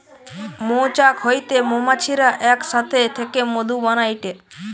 মৌচাক হইতে মৌমাছিরা এক সাথে থেকে মধু বানাইটে